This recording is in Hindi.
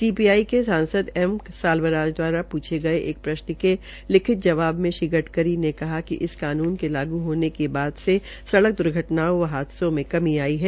सीपीआई के सांसद एम साल्वराज द्वारा पूछे गये एक प्रश्न के लिखित जवाब में श्री गड़करी ने कहा कि इस कानून के लागू होने के बाद से सड़क द्र्घटनाओं व हादसों में कमी आई है